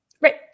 Right